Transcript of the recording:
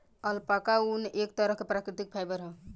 alpaca ऊन, एक तरह के प्राकृतिक फाइबर ह